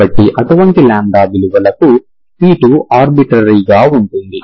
కాబట్టి అటువంటి λ విలువలకు c2 ఆర్బిట్రరీ గా ఉంటుంది